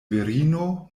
virino